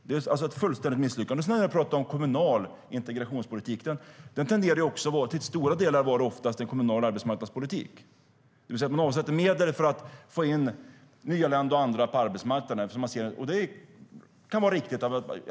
Det är ett fullständigt misslyckande. När det gäller kommunal integrationspolitik: Den tenderar att i stora delar vara kommunal arbetsmarknadspolitik, det vill säga man avsätter medel för att få in nyanlända eller andra på arbetsmarknaden. Det kan vara riktigt.